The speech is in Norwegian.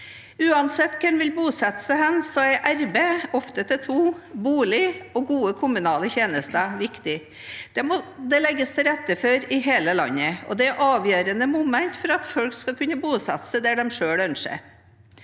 Uansett hvor man vil bosette seg, er arbeid – ofte til to – bolig og gode kommunale tjenester viktig. Det må det legges til rette for i hele landet, og det er avgjørende momenter for at folk skal kunne bosette seg der de selv ønsker.